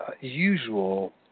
usual